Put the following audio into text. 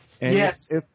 Yes